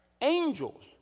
Angels